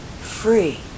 free